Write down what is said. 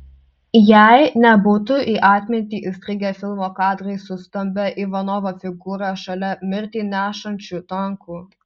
jei nebūtų į atmintį įstrigę filmo kadrai su stambia ivanovo figūra šalia mirtį nešančių tankų